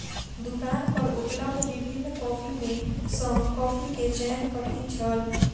दुकान पर उपलब्ध विभिन्न कॉफ़ी में सॅ कॉफ़ी के चयन कठिन छल